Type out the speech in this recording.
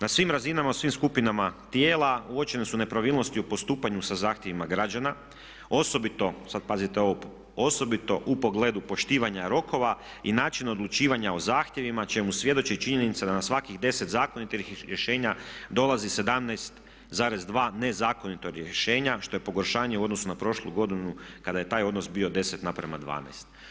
Na svim razinama, u svim skupinama tijela uočene su nepravilnosti u postupanju sa zahtjevima građana osobito, sada pazite ovo, osobito u pogledu poštovanja rokova i načina odlučivanja o zahtjevima čemu svjedoči i činjenica da na svakih 10 zakonitih rješenja dolazi 17,2 nezakonita rješenja što je pogoršanje u odnosu na prošlu godinu kada je taj odnos bio 10:12.